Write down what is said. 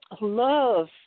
love